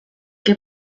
que